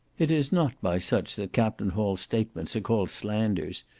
it is not by such that captain hall's statements are called slanders,